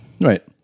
Right